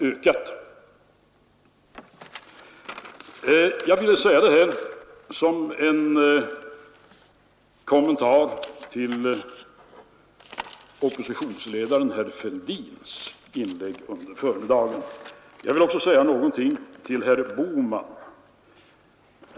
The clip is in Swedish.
Jag har velat säga detta som en kommentar till oppositionsledaren herr Fälldins inlägg under förmiddagen. Jag vill också säga någonting till herr Bohman.